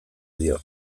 dio